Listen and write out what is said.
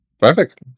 perfect